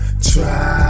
Try